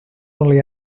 only